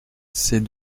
c’est